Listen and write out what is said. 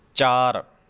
ਚਾਰ